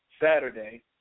Saturday